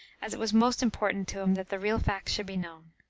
as it was most important to him that the real facts should be known.